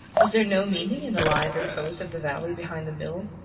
was there no meaning in the live repose of the valley behind the mill,